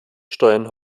steuern